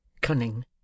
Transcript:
Cunning